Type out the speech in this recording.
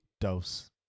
Dose